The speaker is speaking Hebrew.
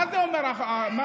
מה אתם מביאים?